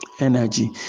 energy